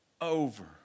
over